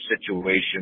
situation